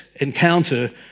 encounter